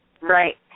Right